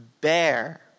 bear